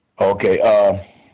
Okay